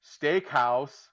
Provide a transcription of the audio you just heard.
Steakhouse